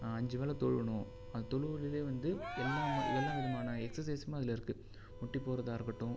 அஞ்சு வேள தொழுவுன்னு அது தொழுவுறதுல வந்து எல்லா மொழி எல்லா விதமான எஸ்க்ஸசைஸ்மே அதில் இருக்கு முட்டி போடுறதாக இருக்கட்டும்